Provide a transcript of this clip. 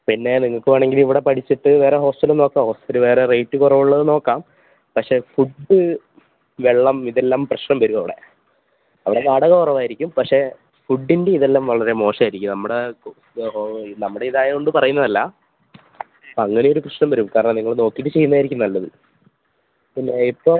പിന്നെ നിങ്ങൾക്ക് വേണമെങ്കിൽ ഇവിടെ പഠിച്ചിട്ട് വേറെ ഹോസ്റ്റലും നോക്കാം ഹോസ്റ്റൽ വേറെ റേറ്റ് കുറവുള്ളത് നോക്കാം പക്ഷെ ഫുഡ് വെള്ളം ഇതെല്ലാം പ്രശ്നം വരും അവിടെ അവിടെ വാടക കുറവായിരിക്കും പക്ഷെ ഫുഡിന്റെ ഇതെല്ലാം വളരെ മോശവായിരിക്കും നമ്മുടെ നമ്മുടെ ഇതായത് കൊണ്ട് പറയുന്നതല്ല അങ്ങനെയൊരു പ്രശ്നം വരും കാരണം നിങ്ങൾ നോക്കിയിട്ട് ചെയ്യുന്നത് ആയിരിക്കും നല്ലത് പിന്നെ ഇപ്പം